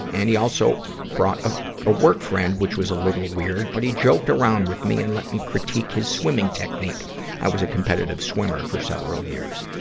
and he also brought ah a work friend, which was a little weird. but he joked around with me and let me critique his swimming technique i was competitive swimmer for several years.